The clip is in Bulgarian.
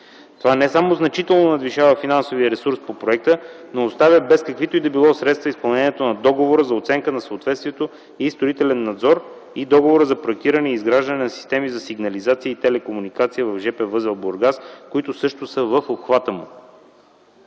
Това не само значително надвишава финансовия ресурс по проекта, но оставя без каквито и да било средства изпълнението на Договора за оценка на съответствието и строителен надзор и Договора за проектиране и изграждане на системи за сигнализации и телекомуникации в жп възел – Бургас, които също са в обхвата му.